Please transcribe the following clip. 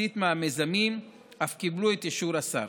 וכמחצית מהמיזמים אף קיבלו את אישור השר.